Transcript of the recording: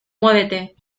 muévete